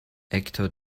actor